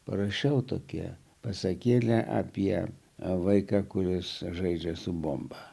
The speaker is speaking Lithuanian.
parašiau tokią pasakėlę apie vaiką kuris žaidžia su bomba